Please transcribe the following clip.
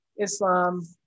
Islam